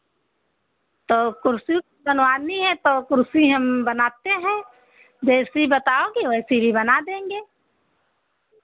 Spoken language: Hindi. तो कुर्सी बनवानी है तौ कुर्सी हम बनाते हैं जैसी बताओगी वैसी ही बना देंगे